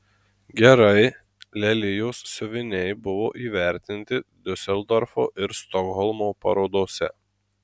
gerai lelijos siuviniai buvo įvertinti diuseldorfo ir stokholmo parodose